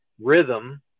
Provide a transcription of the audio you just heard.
rhythm